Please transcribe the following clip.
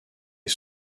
est